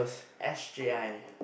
S_J_I